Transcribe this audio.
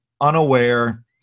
unaware